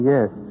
Yes